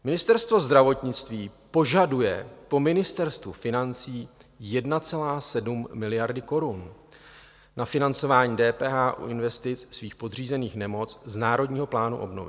Ministerstvo zdravotnictví požaduje po Ministerstvu financí 1,7 miliardy korun na financování DPH u investic svých podřízených nemocnic z Národního plánu obnovy.